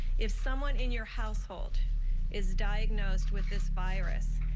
if someone in your household is diagnosed with this virus,